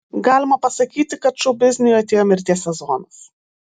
galima pasakyti kad šou bizniui atėjo mirties sezonas